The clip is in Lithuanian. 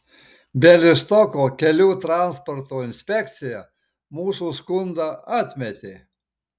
bialystoko kelių transporto inspekcija mūsų skundą atmetė